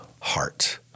heart